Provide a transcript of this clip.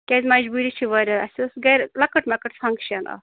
کیٛازِ مَجبوٗری چھِ واریاہ اَسہِ ٲس گَرِ لۄکُٹ مۄکُٹ فَنگشَن اَکھ